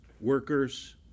workers